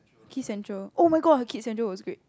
KidsCentral oh-my-god KidsCentral was great